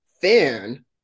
fan